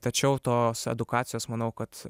tačiau tos edukacijos manau kad